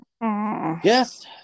Yes